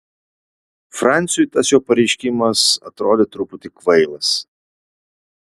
franciui tas jo pareiškimas atrodė truputį kvailas